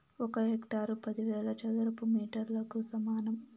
ఒక హెక్టారు పదివేల చదరపు మీటర్లకు సమానం